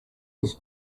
his